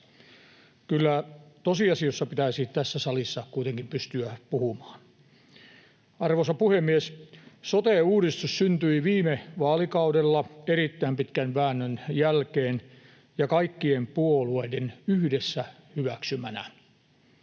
Kyllä tosiasioissa pitäisi tässä salissa kuitenkin pystyä puhumaan. Arvoisa puhemies! Sote-uudistus syntyi viime vaalikaudella erittäin pitkän väännön jälkeen ja kaikkien puolueiden yhdessä hyväksymänä.